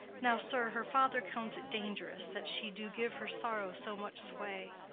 now, sir, her father counts it dangerous that she do give her sorrow so much sway,